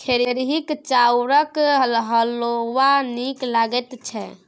खेरहीक चाउरक हलवा नीक लगैत छै